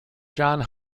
john